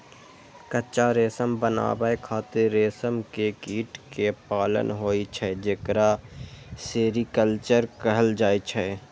कच्चा रेशम बनाबै खातिर रेशम के कीट कें पालन होइ छै, जेकरा सेरीकल्चर कहल जाइ छै